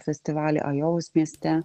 festivalį ajovos mieste